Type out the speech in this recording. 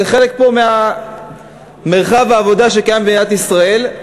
זה חלק ממרחב העבודה שקיים במדינת ישראל.